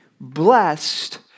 Blessed